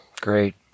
Great